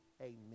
Amen